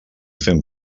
fent